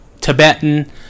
tibetan